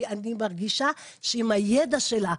כי אני מרגישה שעם הידע שלה,